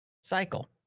cycle